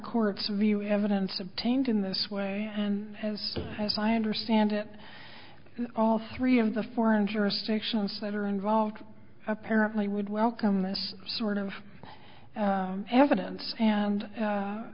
courts view evidence obtained in this way and as as i understand it all three of the foreign jurisdictions that are involved apparently would welcome this sort of evidence and